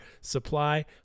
supply